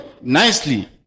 nicely